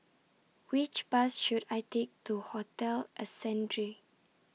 Which Bus should I Take to Hotel Ascendere